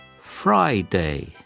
friday